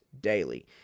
daily